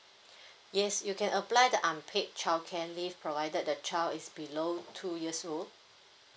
yes you can apply the unpaid childcare leave provided the child is below two years old